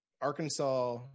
Arkansas